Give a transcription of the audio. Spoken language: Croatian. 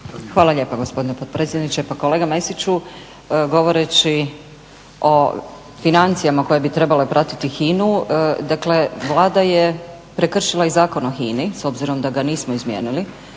Hvala lijepo gospodine potpredsjedniče. Pa kolega Mesiću, govoreći o financijama koje bi trebale pratiti HINU dakle Vlada je prekršila i Zakon o HINA-i s obzirom da ga nismo izmijenili